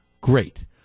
Great